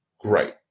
Great